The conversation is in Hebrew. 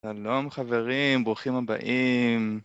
שלום חברים, ברוכים הבאים